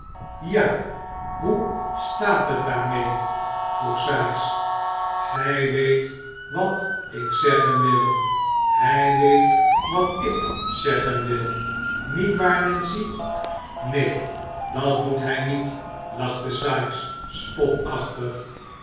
ja hoe staat het daarmede vroeg sikes gij weet wat ik zeggen wil mij weet wat ik zeggen wil niet waar nancy neen dat doet hij niet lachte sikes spotachtig